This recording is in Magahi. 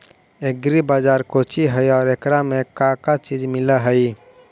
एग्री बाजार कोची हई और एकरा में का का चीज मिलै हई?